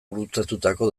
gurutzatutako